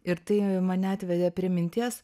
ir tai mane atvedė prie minties